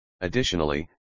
Additionally